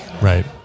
right